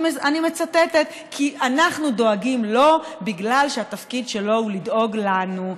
אני מצטטת: כי אנחנו דואגים לו בגלל שהתפקיד שלו הוא לדאוג לנו.